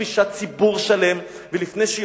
לפני שהיא מכפישה ציבור שלם ולפני שהיא